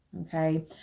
okay